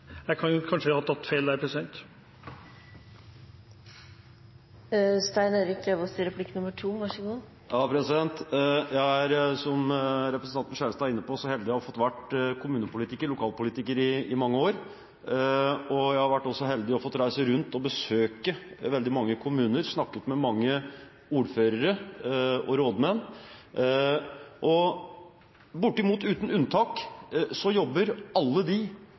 jeg representanten Lauvås var enig i, men jeg kan kanskje ha tatt feil der. Jeg er, som representanten Skjelstad er inne på, så heldig å ha fått være kommunepolitiker, lokalpolitiker, i mange år. Jeg har også vært heldig som har fått reise rundt og besøke veldig mange kommuner, snakket med mange ordførere og rådmenn, og bortimot uten unntak jobber de alle